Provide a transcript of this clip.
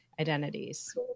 identities